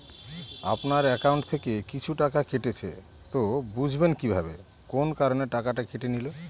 আপনার একাউন্ট থেকে কিছু টাকা কেটেছে তো বুঝবেন কিভাবে কোন কারণে টাকাটা কেটে নিল?